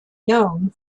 known